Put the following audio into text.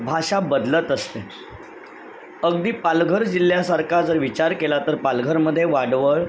भाषा बदलत असते अगदी पालघर जिल्ह्यासारखा जर विचार केला तर पालघरमध्ये वाडवळ